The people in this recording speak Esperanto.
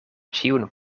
ĉiun